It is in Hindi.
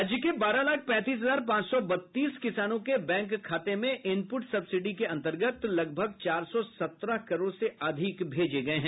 राज्य के बारह लाख पैंतीस हजार पांच सौ बत्तीस किसानों के बैंक खाते में इनपुट सब्सिडी के अंतर्गत लगभग चार सौ सत्रह करोड़ से अधिक भेजे गये हैं